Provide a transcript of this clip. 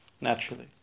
naturally